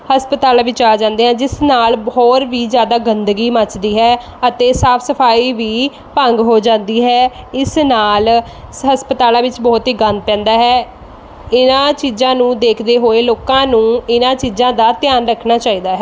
ਹਸਪਤਾਲਾਂ ਵਿੱਚ ਆ ਜਾਂਦੇ ਆ ਜਿਸ ਨਾਲ਼ ਬ ਹੋਰ ਵੀ ਜ਼ਿਆਦਾ ਗੰਦਗੀ ਮੱਚਦੀ ਹੈ ਅਤੇ ਸਾਫ਼ ਸਫ਼ਾਈ ਵੀ ਭੰਗ ਹੋ ਜਾਂਦੀ ਹੈ ਇਸ ਨਾਲ਼ ਹਸਪਤਾਲਾਂ ਵਿੱਚ ਬਹੁਤ ਹੀ ਗੰਦ ਪੈਂਦਾ ਹੈ ਇਹਨਾਂ ਚੀਜ਼ਾਂ ਨੂੰ ਦੇਖਦੇ ਹੋਏ ਲੋਕਾਂ ਨੂੰ ਇਹਨਾਂ ਚੀਜ਼ਾਂ ਦਾ ਧਿਆਨ ਰੱਖਣਾ ਚਾਹੀਦਾ ਹੈ